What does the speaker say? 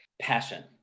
Passion